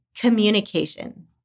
Communication